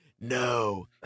No